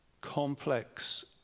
complex